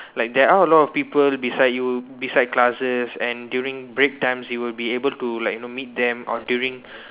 like there are a lot of people beside you beside classes and during break times you would be able to like you know meet them or during